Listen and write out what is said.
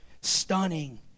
stunning